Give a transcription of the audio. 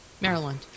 Maryland